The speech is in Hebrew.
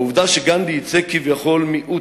העובדה שגנדי ייצג כביכול מיעוט,